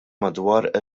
madwar